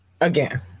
again